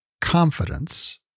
confidence